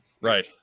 Right